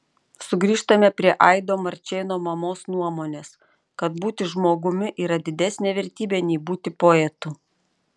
sugrįžtame prie aido marčėno mamos nuomonės kad būti žmogumi yra didesnė vertybė nei būti poetu